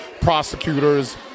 prosecutors